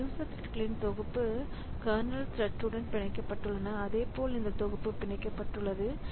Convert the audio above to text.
இந்த யூசர் த்ரெட்களின் தொகுப்பு கர்னல் த்ரெட் உடன் பிணைக்கப்பட்டுள்ளது அதேபோல் இந்த தொகுப்பு பிணைக்கப்பட்டுள்ளது